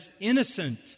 innocent